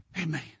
Amen